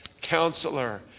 counselor